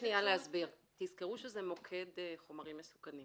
תזכרו שזה מוקד חומרים מסוכנים.